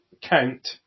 count